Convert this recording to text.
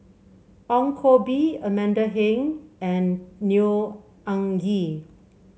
Ong Koh Bee Amanda Heng and Neo Anngee